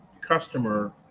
customer